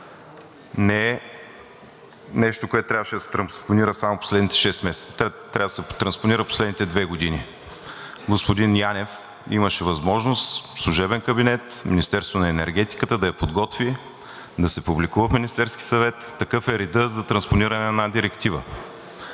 месеца, тя трябваше да се транспонира последните две години. Господин Янев имаше възможност – служебен кабинет, Министерството на енергетиката да я подготви, да се публикува в Министерския съвет. Такъв е редът за транспониране на една директива.